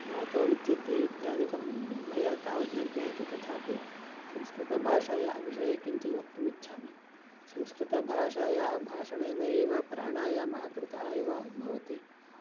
वाचो विचित्तिः इत्यादिकं मया तावत् न ज्ञायते तथापि संस्कृतभाषायाः विषये किञ्चित् वक्तुम् इच्छामि संस्कृतभाषायाः भाषणेन एव प्राणायामः कृतः इव भवति